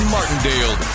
Martindale